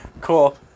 Cool